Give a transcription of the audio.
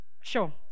Sure